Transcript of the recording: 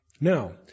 Now